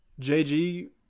JG